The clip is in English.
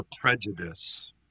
prejudice